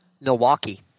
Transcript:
Milwaukee